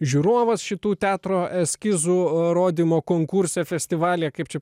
žiūrovas šitų teatro eskizų rodymo konkurse festivalyje kaip čia